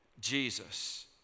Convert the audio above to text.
Jesus